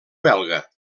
belga